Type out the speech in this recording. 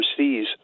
overseas